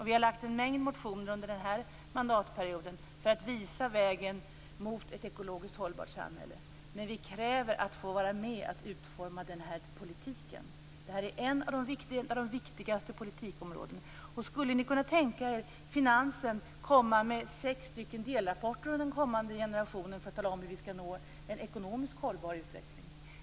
Vi har väckt en mängd motioner under den här mandatperioden för att visa vägen mot ett ekologiskt hållbart samhälle, och vi kräver att få vara med om att utforma den politiken. Detta är ett av de viktigaste politikområdena. Skulle ni kunna tänka er att Finansdepartementet skulle komma med sex stycken delrapporter under tiden för den kommande generationen för att tala om hur vi skall nå en ekonomiskt hållbar utveckling?